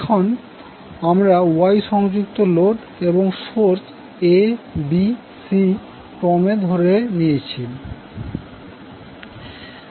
এখন আমরা Y সংযুক্ত লোড এবং সোর্স a b c ক্রমে রয়েছে ধরে নিয়েছি